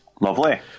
Lovely